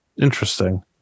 interesting